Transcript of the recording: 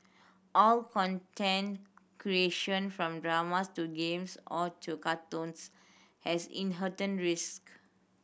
all content creation from dramas to games or to cartoons has inherent risk